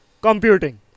computing